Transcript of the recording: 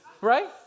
Right